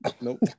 Nope